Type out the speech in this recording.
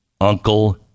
Uncle